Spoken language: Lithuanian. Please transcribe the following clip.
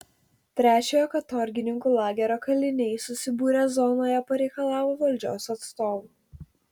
trečiojo katorgininkų lagerio kaliniai susibūrę zonoje pareikalavo valdžios atstovų